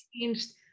changed